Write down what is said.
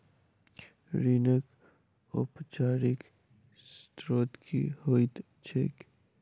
ऋणक औपचारिक स्त्रोत की होइत छैक?